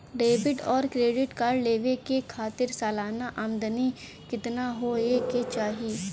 Debit और credit card लेवे के खातिर सलाना आमदनी कितना हो ये के चाही?